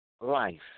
Life